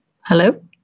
Hello